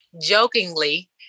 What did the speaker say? jokingly